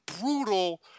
brutal –